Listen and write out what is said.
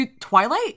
Twilight